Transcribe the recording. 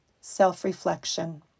self-reflection